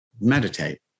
Meditate